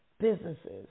businesses